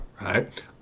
Right